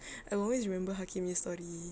I will always remember hakim nya story